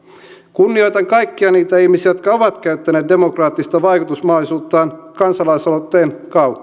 kunnioitan kaikkia niitä ihmisiä jotka ovat käyttäneet demokraattista vaikutusmahdollisuuttaan kansalaisaloitteen kautta